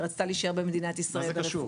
היא רצתה להישאר במדינת ברפואי.